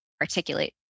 articulate